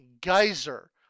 geyser